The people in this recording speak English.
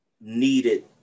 needed